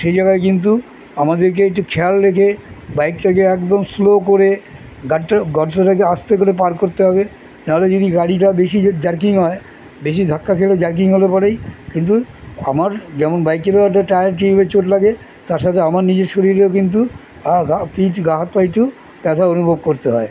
সেই জায়গায় কিন্তু আমাদেরকে একটু খেয়াল রেখে বাইকটাকে একদম স্লো করে গাড়িটা গর্তটাকে আসতে করে পার করতে হবে নাহলে যদি গাড়িটা বেশি জার্কিং হয় বেশি ধাক্কা খেলে জার্কিং হলে পারেই কিন্তু আমার যেমন বাইকে খেলার একটা টায়ার ঠিক হয়ে চট লাগে তার সাথে আমার নিজের শরীরেও কিন্তু আ গা হাত পায়ে তো ব্যথা অনুভব করতে হয়